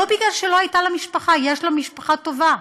לא מפני שלא הייתה לה משפחה, יש לה משפחה טובה,